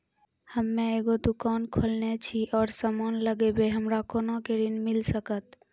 हम्मे एगो दुकान खोलने छी और समान लगैबै हमरा कोना के ऋण मिल सकत?